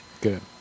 Good